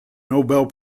nobel